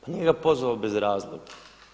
Pa nije ga pozvao bez razloga.